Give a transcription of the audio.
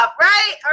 right